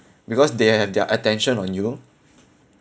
because they have their attention on you